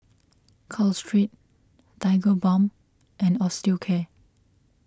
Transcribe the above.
Caltrate Tigerbalm and Osteocare